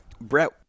Brett